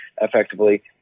effectively